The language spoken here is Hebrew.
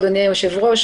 אדוני היושב-ראש,